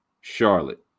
Charlotte